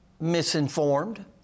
misinformed